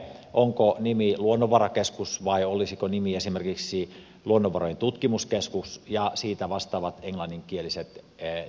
onko nimi luonnonvarakeskus vai olisiko nimi esimerkiksi luonnonvarojen tutkimuskeskus ja sitä vastaavat englanninkieliset nimet